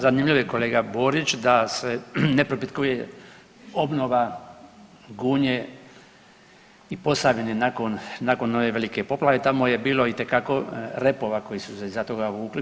Da zanimljivo je kolega Borić da se ne propitkuje obnova Gunje i Posavine nakon ove velike poplave, tamo je bilo itekako repova koji su se iza toga vukli.